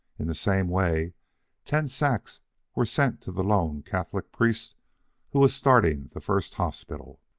in the same way ten sacks were sent to the lone catholic priest who was starting the first hospital.